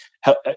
help